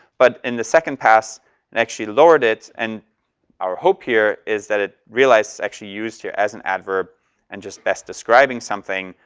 but in the second pass it and actually lowered it and our hope here is that it realized actually used here as an adverb and just best describing something.